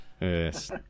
Yes